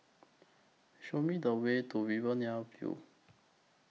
Show Me The Way to Riverina View